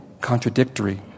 contradictory